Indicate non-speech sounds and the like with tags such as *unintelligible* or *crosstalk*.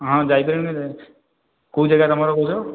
ହଁ ଯାଇପାରିବିନି *unintelligible* କେଉଁ ଜାଗାରେ ତମର କହୁଛ